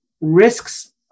risks